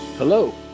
Hello